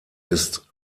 ist